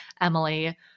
Emily